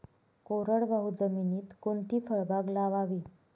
कोरडवाहू जमिनीत कोणती फळबाग लावावी?